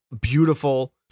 beautiful